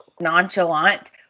nonchalant